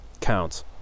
counts